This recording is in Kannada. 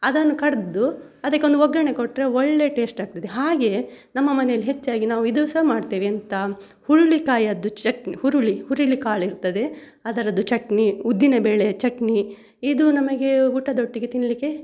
ಅದನ್ನು ಕಡೆದು ಅದಕ್ಕೊಂದು ಒಗ್ಗರಣೆ ಕೊಟ್ಟರೆ ಒಳ್ಳೆ ಟೇಸ್ಟ್ ಆಗ್ತದೆ ಹಾಗೇ ನಮ್ಮ ಮನೆಯಲ್ಲಿ ಹೆಚ್ಚಾಗಿ ನಾವು ಇದು ಸಹ ಮಾಡ್ತೇವೆ ಎಂತ ಹುರುಳಿಕಾಯದ್ದು ಚಟ್ನಿ ಹುರುಳಿ ಹುರುಳಿಕಾಳು ಇರ್ತದೆ ಅದರದ್ದು ಚಟ್ನಿ ಉದ್ದಿನಬೇಳೆ ಚಟ್ನಿ ಇದು ನಮಗೆ ಊಟದೊಟ್ಟಿಗೆ ತಿನ್ನಲಿಕ್ಕೆ